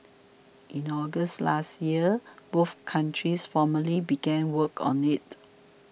in August last year both countries formally began work on it